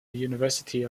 university